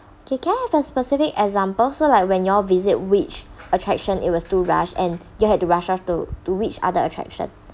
okay can have a specific example so like when you all visit which attraction it was too rush and you had to rush off to to which other attraction